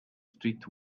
street